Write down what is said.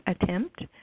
attempt